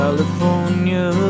California